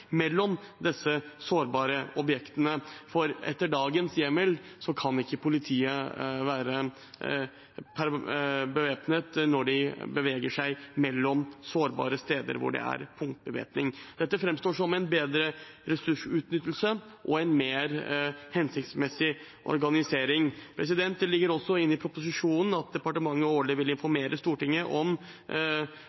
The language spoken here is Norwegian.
mellom disse sårbare objektene, for etter dagens hjemmel kan ikke politiet være bevæpnet når de beveger seg mellom sårbare steder hvor det er punktbevæpning. Dette framstår som en bedre ressursutnyttelse og en mer hensiktsmessig organisering. Det ligger også inne i proposisjonen at departementet vil